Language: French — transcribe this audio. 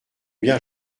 bien